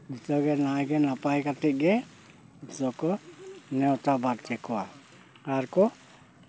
ᱡᱚᱛᱚᱜᱮ ᱱᱟᱭᱜᱮ ᱱᱟᱯᱟᱭ ᱠᱟᱛᱮ ᱜᱮ ᱡᱚᱛᱚ ᱠᱚ ᱱᱮᱣᱛᱟ ᱵᱟᱨᱛᱮ ᱠᱚᱣᱟ ᱟᱨᱠᱚ